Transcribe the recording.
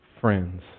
friends